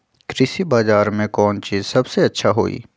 कृषि बजार में कौन चीज सबसे अच्छा होई?